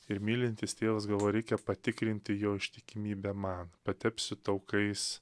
ir mylintis tėvas galvoja reikia patikrinti jo ištikimybę man patepsiu taukais